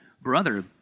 brother